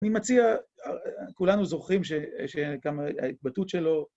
אני מציע, כולנו זוכרים שכמה... שההתבטאות שלו...